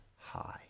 high